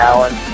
Alan